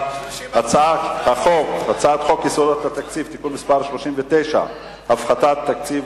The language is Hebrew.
הצעת חוק יסודות התקציב (תיקון מס' 39) (הפחתת תקציב